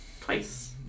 Twice